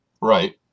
Right